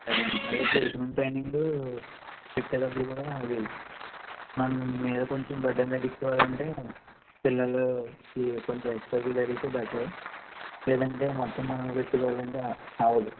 సరే అండి అదే ప్లేసెమెంట్ ట్రైనింగ్ ఇచ్చేటప్పుడు కూడా అవి మన మీద కొంచెం బర్డెన్ తగ్గించుకోవాలంటే పిల్లలకి కొంచెం ఎక్స్ట్రా ఫీజు అడిగితే బెటరు లేదంటే మొత్తం మనమే పెట్టుకోవాలంటే అవ్వదు